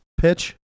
pitch